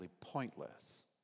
pointless